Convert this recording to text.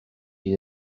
draw